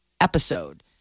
episode